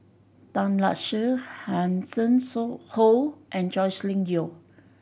Tan Lark Sye Hanson Ho and Joscelin Yeo